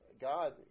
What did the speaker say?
God